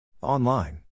Online